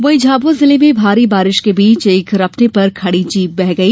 वहीं झाबुआ जिले में भारी बारिश के बीच एक रपटे पर खड़ी जीप बह गई